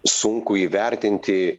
sunku įvertinti